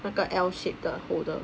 那个 L shape 的 holder